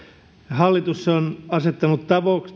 hallitus on asettanut